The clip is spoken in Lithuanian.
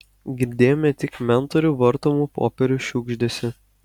girdėjome tik mentorių vartomų popierių šiugždesį